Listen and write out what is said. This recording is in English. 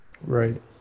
Right